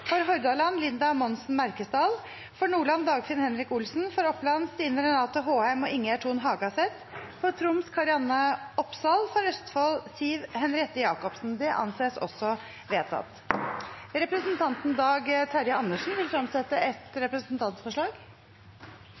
For Hordaland: Linda Monsen Merkesdal For Nordland: Dagfinn Henrik Olsen For Oppland: Stine Renate Håheim og Ingjerd Thon Hagaseth For Troms: Kari-Anne Opsal For Østfold: Siv Henriette Jacobsen Representanten Dag Terje Andersen vil fremsette et representantforslag.